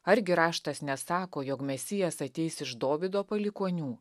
argi raštas nesako jog mesijas ateis iš dovydo palikuonių